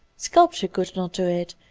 sculpture could not do it,